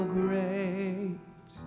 great